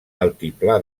altiplà